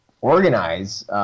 organize